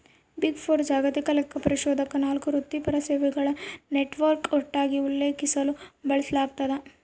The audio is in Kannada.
ಬಿಗ್ ಫೋರ್ ಜಾಗತಿಕ ಲೆಕ್ಕಪರಿಶೋಧಕ ನಾಲ್ಕು ವೃತ್ತಿಪರ ಸೇವೆಗಳ ನೆಟ್ವರ್ಕ್ ಒಟ್ಟಾಗಿ ಉಲ್ಲೇಖಿಸಲು ಬಳಸಲಾಗ್ತದ